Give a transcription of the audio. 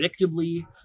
predictably